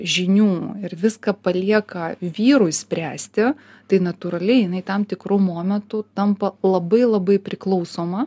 žinių ir viską palieka vyrui spręsti tai natūraliai jinai tam tikru momentu tampa labai labai priklausoma